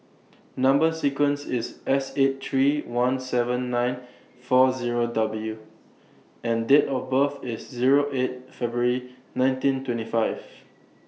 Number sequence IS S eight three one seven nine four Zero W and Date of birth IS Zero eight February nineteen twenty five